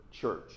church